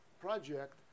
project